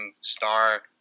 star